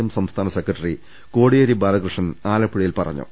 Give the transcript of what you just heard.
M സംസ്ഥാന secretary Kodiyeri Balakrishnan ആലപ്പുഴയിൽ പറഞ്ഞു